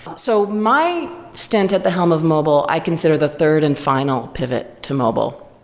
so my stint at the helm of mobile, i consider the third and final pivot to mobile.